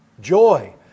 Joy